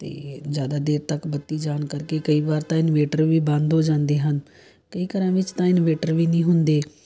ਅਤੇ ਜ਼ਿਆਦਾ ਦੇਰ ਤੱਕ ਬੱਤੀ ਜਾਣ ਕਰਕੇ ਕਈ ਵਾਰ ਤਾਂ ਇਨਵੇਟਰ ਵੀ ਬੰਦ ਹੋ ਜਾਂਦੇ ਹਨ ਕਈ ਘਰਾਂ ਵਿੱਚ ਤਾਂ ਇਨਵੇਟਰ ਵੀ ਨਹੀਂ ਹੁੰਦੇ